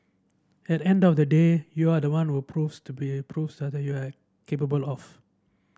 at the end of the day you are the one who proves to be proves what you are capable of